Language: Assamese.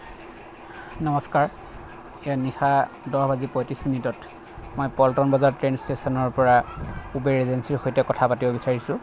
নমস্কাৰ এয়া নিশা দহ বাজি পঁইত্ৰিছ মিনিটত মই পল্টন বজাৰ ট্ৰেইন ষ্টেশ্যনৰ পৰা ওবেৰ এজেঞ্চীৰ সৈতে কথা পাতিব বিচাৰিছোঁ